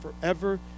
forever